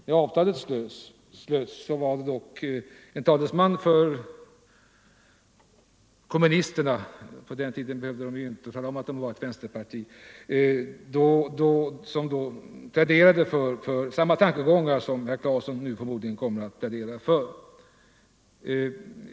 När avtalet slöts pläderade en talesman för kommunisterna — på den tiden behövde partiet inte tala om att det var ett vänsterparti — för samma tankegångar som herr Claeson nu förmodligen kommer att tala för.